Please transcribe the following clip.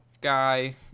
guy